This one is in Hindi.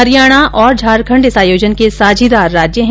हरियाणा और झारखंड इस आयोजन के साझीदार राज्य हैं